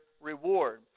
reward